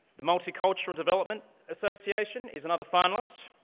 the multi-cultural development association is another finalist.